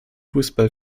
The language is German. fußball